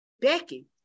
Becky